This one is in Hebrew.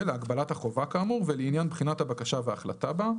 להגבלת החובה כאמור ולעניין בחינת הבקשה והחלטה בה,